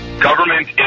Government